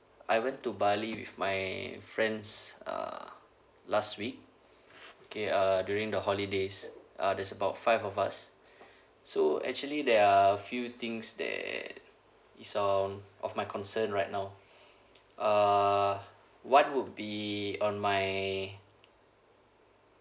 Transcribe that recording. I went to bali with my friends uh last week okay uh during the holidays uh there's about five of us so actually there are few things that is on of my concern right now uh what would be on my